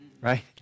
right